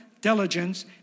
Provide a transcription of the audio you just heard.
diligence